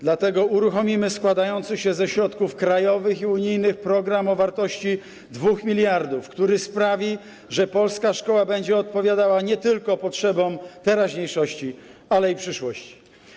Dlatego uruchomimy składający się ze środków krajowych i unijnych program o wartości 2 mld zł, który sprawi, że polska szkoła będzie odpowiadała nie tylko potrzebom teraźniejszości, ale i przyszłości.